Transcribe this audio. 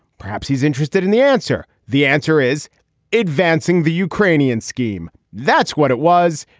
perhaps he's interested in the answer. the answer is advancing the ukrainian scheme. that's what it was.